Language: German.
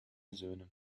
söhne